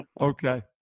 Okay